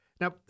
Now